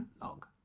log